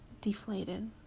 deflated